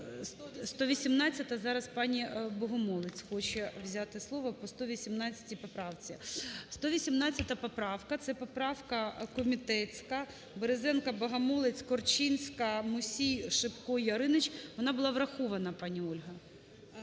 118 поправка, це поправка комітетська (Березенко, Богомолець, Корчинська, Мусій, Шипко, Яриніч), вона була врахована, пані Ольга.